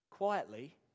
Quietly